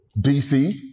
DC